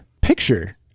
picture